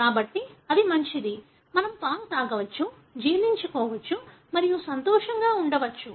కాబట్టి అది మంచిది మనం పాలు తాగవచ్చు జీర్ణించుకోవచ్చు మరియు సంతోషంగా ఉండవచ్చు